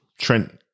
Trent